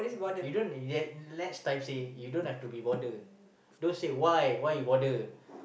you don't you let let times say you don't have to be bother don't say why why you bother